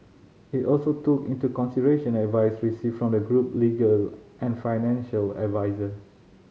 it also took into consideration advice received from the group legal and financial adviser